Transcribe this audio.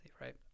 right